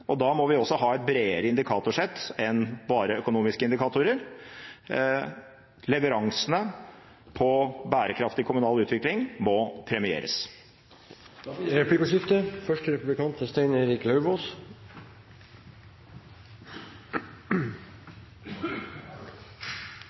Da må vi også ha et bredere indikatorsett enn bare økonomiske indikatorer. Leveransene på bærekraftig kommunal utvikling må premieres. Det blir replikkordskifte.